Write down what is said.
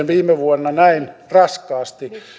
viime vuonna näin raskaasti